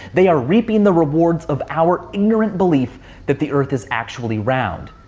they are reaping the rewards of our ignorant belief that the earth is actually round.